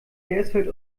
hersfeld